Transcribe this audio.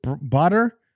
butter